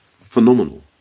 phenomenal